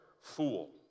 Fool